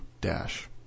dash